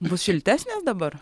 bus šiltesnės dabar